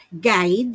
guide